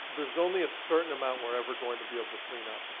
there's only a certain amount we're ever going to be able to clean up.